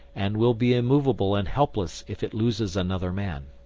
and will be immovable and helpless if it loses another man.